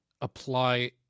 apply